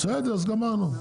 בסדר, אז גמרנו.